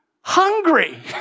hungry